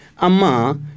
Ama